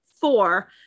Four